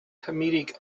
comedic